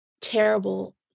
terrible